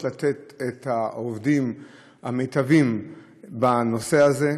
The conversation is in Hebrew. לתת את העובדים המיטביים בנושא הזה,